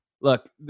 Look